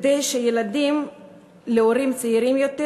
כדי שילדים להורים צעירים יותר